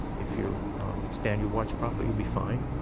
if you stand your watch properly, you'll be fine.